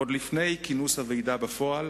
עוד לפני כינוס הוועידה בפועל,